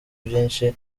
byinshi